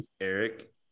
Eric